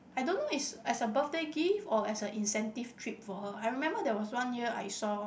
I don't know is as a birthday gift or as a incentive trip for her I remember there was one year I saw